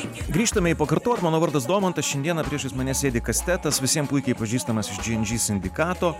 grįžtame į pakartot mano vardas domantas šiandieną priešais mane sėdi kastetas visiem puikiai pažįstamas iš džy en džy sindikato